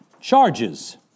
charges